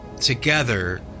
together